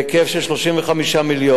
בהיקף השקעה של 35 מיליון,